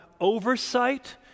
oversight